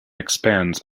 expands